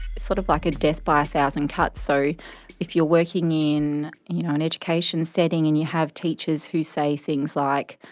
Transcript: sort of like a death by a thousand cuts. so if you're working in and you know an education setting and you have teachers who say things like,